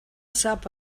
sap